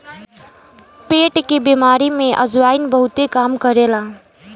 पेट के बेमारी में अजवाईन बहुते काम करेला